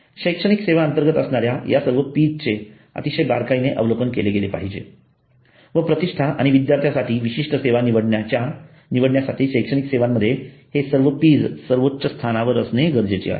शैक्षणिक सेवां अंर्तगत असणाऱ्या ह्या सर्व Ps चे अतिशय बारकाईने अवलोकन केले गेले पाहिजे व प्रतिष्ठा आणि विद्यार्थ्यांसाठी विशिष्ट सेवा निवडण्यासाठी शैक्षणिक सेवांमध्ये हे सर्व Ps सर्वोच्च स्थानावर असणे गरजेचे आहे